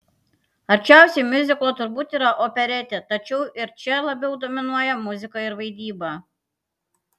arčiausiai miuziklo turbūt yra operetė tačiau ir čia labiau dominuoja muzika ir vaidyba